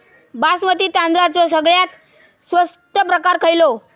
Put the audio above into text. बासमती तांदळाचो सगळ्यात स्वस्त प्रकार खयलो?